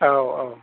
औ औ